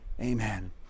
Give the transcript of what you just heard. Amen